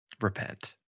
Repent